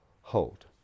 hold